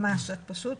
ממש, את פשוט